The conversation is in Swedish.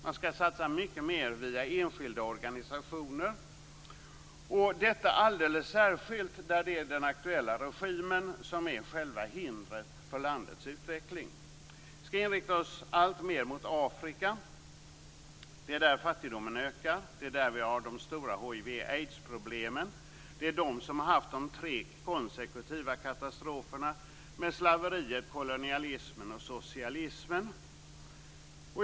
Man skall satsa mycket mer via enskilda organisationer, detta alldeles särskilt där det är den aktuella regimen som är själva hindret för landets utveckling. Vi skall inrikta oss alltmer mot Afrika. Det är där fattigdomen ökar. Det är där vi har de stora hiv och aidsproblemen. Det är där man har haft de tre konsekutiva katastroferna, med slaveriet, kolonialismen och socialismen.